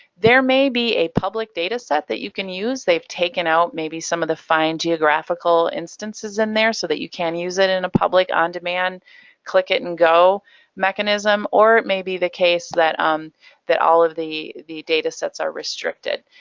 there may be a public data set that you can use, they've taken out maybe some of the fine geographical instances in there so that you can use it in a public on-demand, click it and go mechanism. or it may be the case that um that all of the the data sets are restricted.